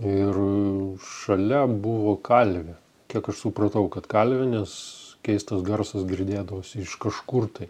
ir šalia buvo kalvė kiek aš supratau kad kalvinis keistas garsas girdėdavosi iš kažkur tai